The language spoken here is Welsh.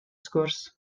sgwrs